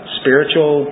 spiritual